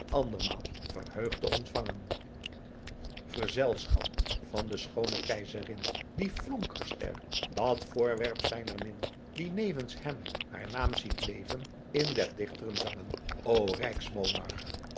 andermaal verheugd te ontvangen verzelschapt van de schoone keizerin die flonkerster dat voorwerp zijner min die nevens hem haar naam ziet leven in der dichteren zangen